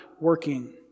working